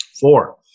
Four